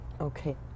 Okay